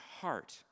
heart